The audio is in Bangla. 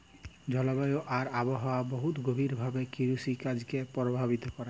জলবায়ু আর আবহাওয়া বহুত গভীর ভাবে কিরসিকাজকে পরভাবিত ক্যরে